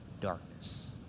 darkness